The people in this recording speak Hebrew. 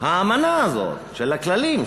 האמנה הזאת, של הכללים.